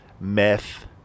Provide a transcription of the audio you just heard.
meth